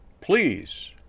please